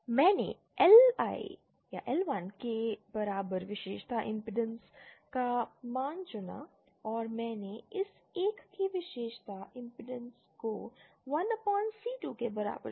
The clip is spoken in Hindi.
मैंने L1 के बराबर विशेषता इमपेडेंस का मान चुना और मैंने इस एक की विशेषता इमपेडेंस को 1 c2 के बराबर चुना